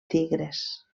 tigres